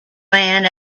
man